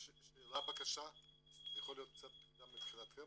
שאלה שיכולה להיות קצת כבדה מבחינתכם,